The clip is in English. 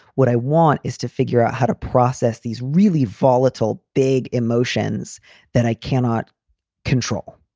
what i want is to figure out how to process these really volatile, big emotions that i cannot control.